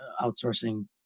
outsourcing